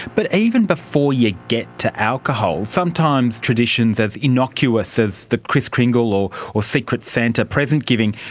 but even before you get to alcohol, sometimes traditions as innocuous as the kris kringle or secret santa present giving,